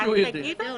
אז תגיד אותם.